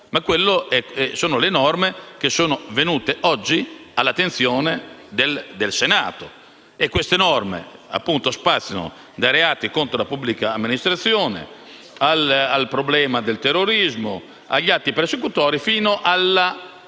sono le norme venute oggi all'attenzione del Senato; norme che, appunto, spaziano dai reati contro la pubblica amministrazione al problema del terrorismo, agli atti persecutori, fino ad